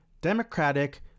democratic